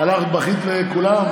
בכית לכולם?